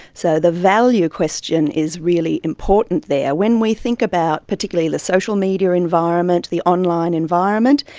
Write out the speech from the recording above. so the value question is really important there. when we think about particularly the social media environment, the online environment,